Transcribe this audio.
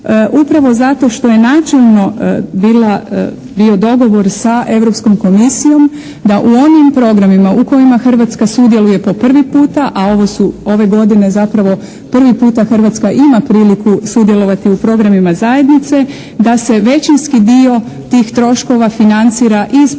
Upravo zato što je načelno bila, bio dogovor sa Europskom komisijom da u onim programima u kojima Hrvatska sudjeluje po prvi puta, a ovo su ove godine zapravo prvi puta Hrvatska ima priliku sudjelovati u programima zajednice da se većinski dio tih troškova financira ispred